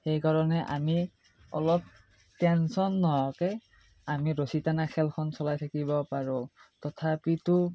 সেইকাৰণে আমি অলপ টেনচন নহৱাকে আমি ৰছী টানা খেলখন চলাই থাকিব পাৰোঁ তথাপিতো